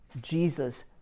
Jesus